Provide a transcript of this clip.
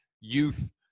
youth